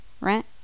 right